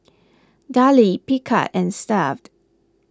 Darlie Picard and Stuff'd